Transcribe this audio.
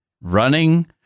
running